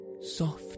soft